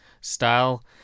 style